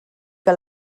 que